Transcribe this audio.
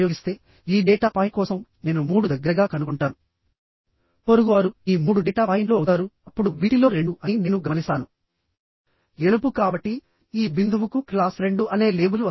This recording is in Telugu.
ఫెయిల్యూర్ అనేది 1 2 3 4 గుండా అవ్వచ్చు మళ్లీ ఫెయిల్యూర్ ఈ మార్గంలో కూడా అవ్వచ్చు